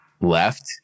left